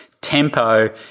tempo